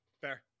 Fair